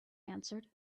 answered